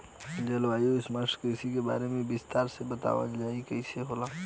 जलवायु स्मार्ट कृषि के बारे में विस्तार से बतावल जाकि कइसे होला?